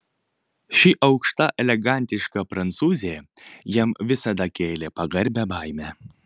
ši aukšta elegantiška prancūzė jam visada kėlė pagarbią baimę